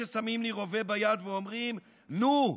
ששמים לי רובה ביד ואומרים 'נו,